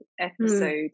episode